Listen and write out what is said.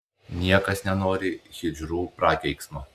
niekas nenori hidžrų prakeiksmo